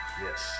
Yes